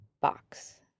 box